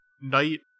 Knight